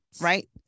Right